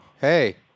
Hey